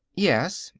yes,